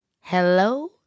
Hello